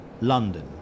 London